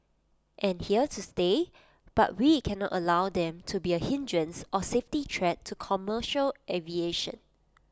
and here to stay but we cannot allow them to be A hindrance or safety threat to commercial aviation